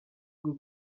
bwo